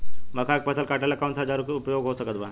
मक्का के फसल कटेला कौन सा औजार के उपयोग हो सकत बा?